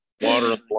Water